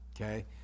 Okay